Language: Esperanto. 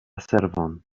servon